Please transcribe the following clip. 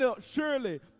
surely